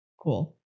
Cool